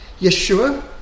Yeshua